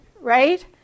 right